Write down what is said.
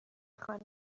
خانه